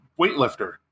weightlifter